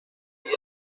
دیگه